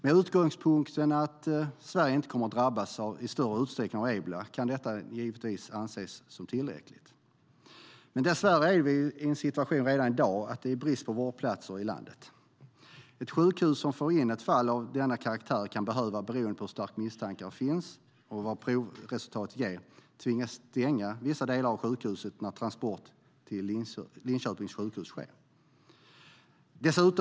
Med utgångspunkten att Sverige inte kommer att drabbas i större utsträckning av ebola kan detta givetvis anses tillräckligt. Men dessvärre är vi redan i dag i situationen att det är brist på vårdplatser i landet. Ett sjukhus som får in ett fall av denna karaktär kan, beroende på hur starka misstankar det finns och vad provresultat ger, tvingas stänga av vissa delar av sjukhuset när transport till Linköpings sjukhus sker.